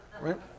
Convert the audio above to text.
Right